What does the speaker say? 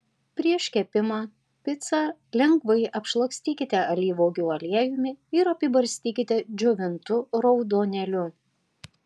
prieš kepimą picą lengvai apšlakstykite alyvuogių aliejumi ir apibarstykite džiovintu raudonėliu